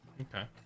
okay